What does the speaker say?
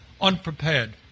unprepared